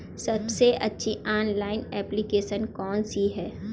सबसे अच्छी online application कौन सी है?